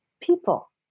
people